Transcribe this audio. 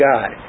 God